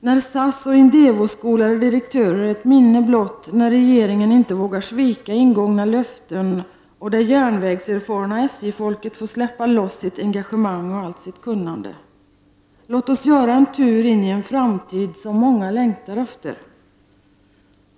när SAS och Indevoskolade direktörer är ett minne blott, när regeringen inte vågar svika ingångna löften och det järnvägserfarna SJ-folket får släppa loss sitt engagemang och allt sitt kunnande! Låt oss göra en tur in i en framtid som många längtar efter!